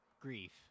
grief